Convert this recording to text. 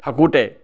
থাকোঁতে